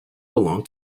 belong